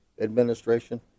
administration